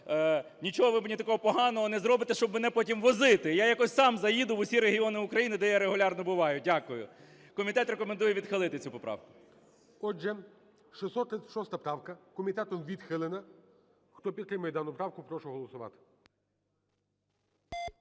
нічого ви мені такого поганого не зробите, щоб мене потім возити. Я якось сам заїду в усі регіони України, де я регулярно буваю. Дякую. Комітет рекомендує відхилити цю поправку. ГОЛОВУЮЧИЙ. Отже, 636 правка комітетом відхилена. Хто підтримує дану правку, прошу голосувати.